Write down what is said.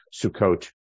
Sukkot